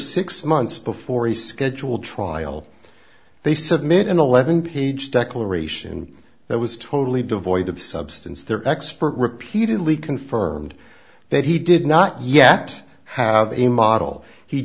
six months before a scheduled trial they submit an eleven page declaration that was totally devoid of substance their expert repeatedly confirmed that he did not yet have a model he